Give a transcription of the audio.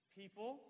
people